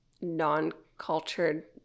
non-cultured